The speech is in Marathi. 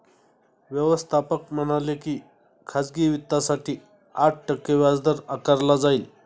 व्यवस्थापक म्हणाले की खाजगी वित्तासाठी आठ टक्के व्याजदर आकारला जाईल